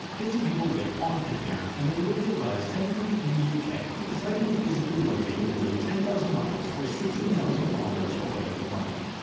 fifty people live on pitcairn and they live their lives technically in the uk despite being physically located nearly ten thousand miles or sixteen thousand kilometers away from london.